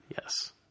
Yes